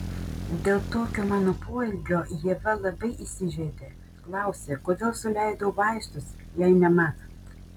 dėl tokio mano poelgio ieva labai įsižeidė klausė kodėl suleidau vaistus jai nematant